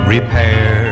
Repair